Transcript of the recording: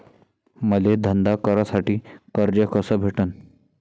मले धंदा करासाठी कर्ज कस भेटन?